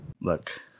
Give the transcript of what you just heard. look